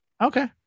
Okay